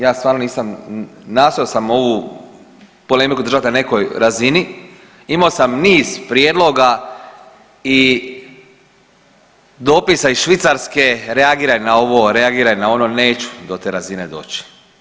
Ja stvarno nisam, nastojao sam ovu polemiku držati na nekoj razini, imao sam niz prijedloga i dopisa iz Švicarske, reagiraj na ovo, reagiraj na ono, neću do te razine doći.